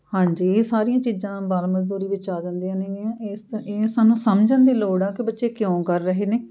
ਹਾਂਜੀ ਇਹ ਸਾਰੀਆਂ ਚੀਜ਼ਾਂ ਬਾਲ ਮਜ਼ਦੂਰੀ ਵਿੱਚ ਆ ਜਾਂਦੀਆਂ ਨੇਗੀਆਂ ਇਸ 'ਚ ਇਹ ਸਾਨੂੰ ਸਮਝਣ ਦੀ ਲੋੜ ਆ ਕਿ ਬੱਚੇ ਕਿਉਂ ਕਰ ਰਹੇ ਨੇ